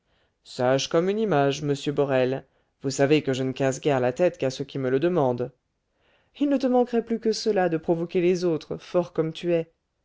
sage sage comme une image monsieur borel vous savez que je ne casse guère la tête qu'à ceux qui me le demandent il ne te manquerait plus que cela de provoquer les autres fort comme tu es